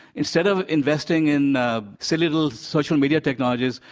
instead of investing in silly little social media technologies,